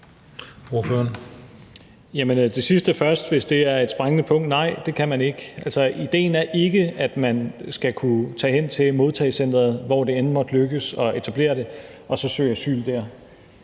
det sidste først, hvis det er et springende punkt: Nej, det kan man ikke. Idéen er ikke, at man skal kunne tage hen til modtagecenteret, hvor det end måtte lykkes at etablere det, og søge asyl der.